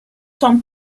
son